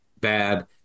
bad